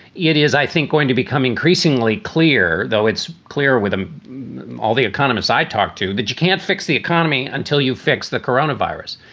it is, i think, going to become increasingly clear, though it's clear with ah all the economists i talked to that you can't fix the economy until you fix the coronavirus.